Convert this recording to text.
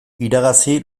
iragazi